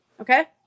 Okay